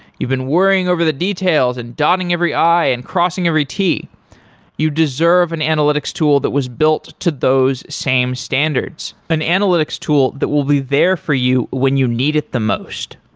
you've been worrying over the details and dotting every i and crossing every t you deserve an analytics tool that was built to those same standards, an analytics tool that will be there for you when you need it the most.